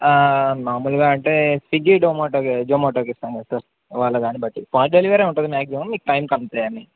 మాార్మలుగా అంటే స్విగ్గి డొమోటోకి జొమాోటోకి ఇస్తాం సార్ వాళ్ళ గాని బట్టి ఫార్ డెలివరీ ఉంటది మ్యాక్సిమమ్ మీకు టైం కమ్పుతాయని